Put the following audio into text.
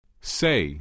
Say